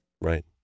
Right